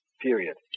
period